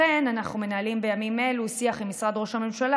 לכן אנחנו מנהלים בימים אלו שיח עם משרד ראש הממשלה